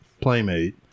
playmate